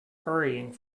hurrying